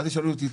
אל תשאלו אותי על